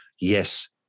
yes